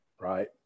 right